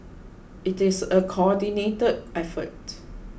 it is a coordinated effort